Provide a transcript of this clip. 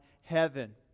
heaven